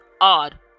Odd